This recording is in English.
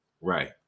right